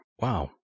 Wow